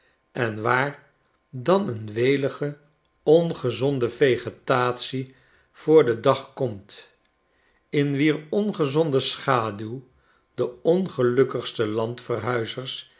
en waar dan een welige ongezonde vegetatie voor den dag komt in wier ongezonde schaduw de ongelukkige landverhuizers